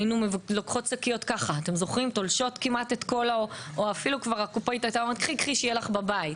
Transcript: ולוקחת המון שקיות או אפילו הקופאית היתה אומרת: קחי שיהיה לך בבית,